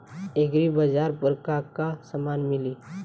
एग्रीबाजार पर का का समान मिली?